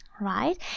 right